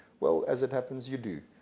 well, as it happens, you do.